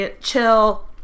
chill